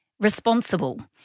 Responsible